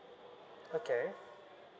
okay